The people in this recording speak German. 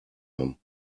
haben